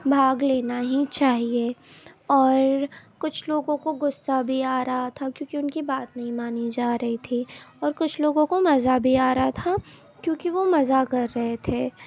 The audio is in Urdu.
بھاگ لینا ہی چاہیے اور کچھ لوگوں کو غصہ بھی آ رہا تھا کہ کیونکہ ان کی بات نہیں مانی جا رہی تھی اور کچھ لوگوں کو مزہ بھی آ رہا تھا کیونکہ وہ مزہ کر رہے تھے